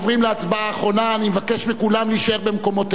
אני מבקש מכולם להישאר במקומותיהם אחרי ההצבעה,